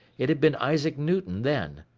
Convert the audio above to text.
it had been isaac newton, then.